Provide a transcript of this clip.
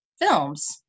films